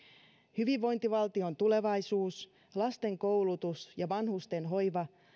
hyvinvointivaltion tulevaisuus lasten koulutus ja vanhusten hoiva